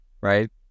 Right